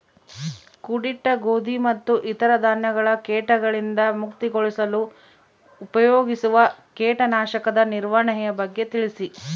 ಕೂಡಿಟ್ಟ ಗೋಧಿ ಮತ್ತು ಇತರ ಧಾನ್ಯಗಳ ಕೇಟಗಳಿಂದ ಮುಕ್ತಿಗೊಳಿಸಲು ಉಪಯೋಗಿಸುವ ಕೇಟನಾಶಕದ ನಿರ್ವಹಣೆಯ ಬಗ್ಗೆ ತಿಳಿಸಿ?